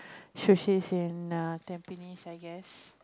sushis in here in Tampines I guess